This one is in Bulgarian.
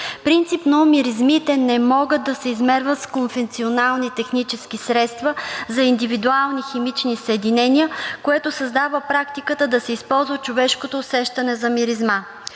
Принципно миризмите не могат да се измерват с конвенционални технически средства за индивидуални химични съединения, което създава практиката да се използва човешкото усещане за миризма.